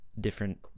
different